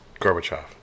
Gorbachev